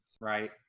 right